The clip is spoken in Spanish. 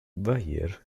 bayern